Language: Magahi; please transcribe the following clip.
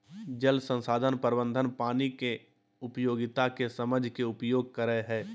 जल संसाधन प्रबंधन पानी के उपयोगिता के समझ के उपयोग करई हई